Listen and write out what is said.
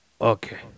Okay